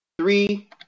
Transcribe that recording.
Three